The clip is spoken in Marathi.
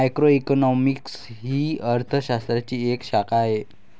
मॅक्रोइकॉनॉमिक्स ही अर्थ शास्त्राची एक शाखा आहे